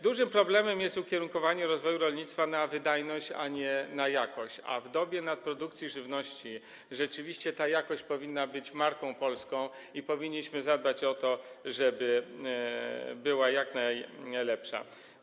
Dużym problemem jest ukierunkowanie rozwoju rolnictwa na wydajność, a nie na jakość, a w dobie nadprodukcji żywności rzeczywiście ta jakość powinna być marką polską i powinniśmy zadbać o to, żeby była jak najwyższa.